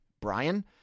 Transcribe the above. Brian